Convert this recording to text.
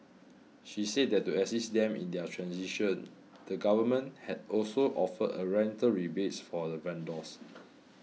she said that to assist them in their transition the government has also offered a rental rebates for the vendors